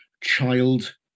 child